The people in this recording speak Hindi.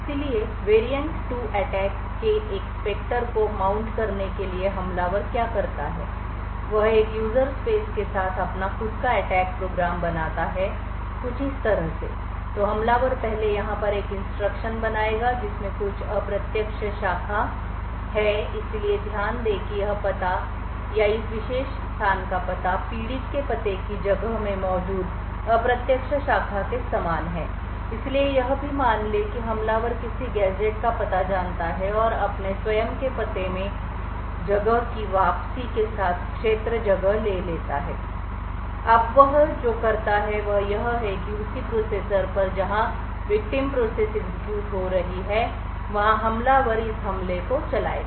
इसलिए वेरिएंट 2 अटैक के एक स्पेक्टर को माउंट करने के लिए हमलावर क्या करता है वह एक यूजर स्पेस के साथ अपना खुद का अटैक प्रोग्राम बनाता है कुछ इस तरह से तो हमलावर पहले यहां पर एक इंस्ट्रक्शन बनाएगा जिसमें है कुछ अप्रत्यक्ष शाखा है इसलिए ध्यान दें कि यह पता या इस विशेष स्थान का पता पीड़ित के पते की जगह में मौजूद अप्रत्यक्ष शाखा के समान है इसलिए यह भी मान लें कि हमलावर किसी गैजेट का पता जानता है और अपने स्वयं के पते में जगह की वापसी के साथ क्षेत्र जगह ले लेता है अब वह जो करता है वह यह है की उसी प्रोसेसर पर जहां विक्टिम प्रोसेस एग्जीक्यूट हो रही है वहां हमलावर इस हमले को चलाएगा